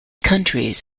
countries